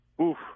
Oof